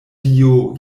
dio